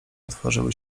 otworzyły